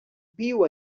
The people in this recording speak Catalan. viu